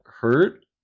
hurt